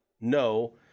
No